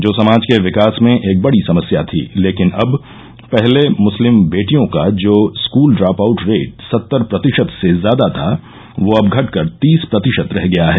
जो समाज के विकास में एक बड़ी समस्या थी लेकिन अब पहले मुस्लिम बेटियों का जो स्कूल ड्रॉप आउट रेट सत्तर प्रतिशत से ज्यादा था वो अब घटकर तीस प्रतिशत रह गया है